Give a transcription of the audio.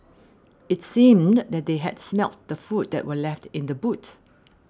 it seemed that they had smelt the food that were left in the boot